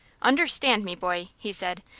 understand me, boy, he said,